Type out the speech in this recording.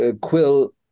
Quill